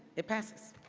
it passes.